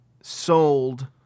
sold